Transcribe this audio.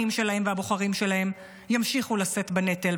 שלהם והבוחרים שלהם ימשיכו לשאת בנטל,